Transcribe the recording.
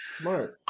smart